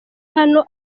hano